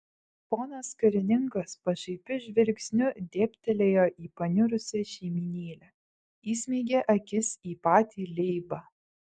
ponas karininkas pašaipiu žvilgsniu dėbtelėjo į paniurusią šeimynėlę įsmeigė akis į patį leibą